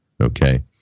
okay